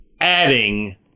adding